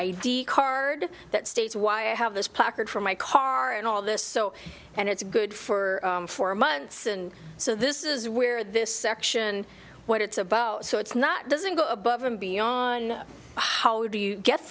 d card that states why i have this placard for my car and all this so and it's good for four months and so this is where this section what it's about so it's not doesn't go above and beyond how do you get